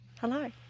Hello